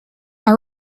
are